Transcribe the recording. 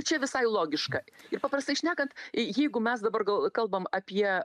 čia visai logiška ir paprastai šnekant jeigu mes dabar gal kalbam apie